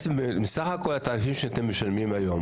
מסך כול התעריפים שאתם משלמים היום,